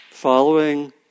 following